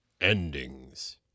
Endings